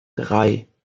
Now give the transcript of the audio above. drei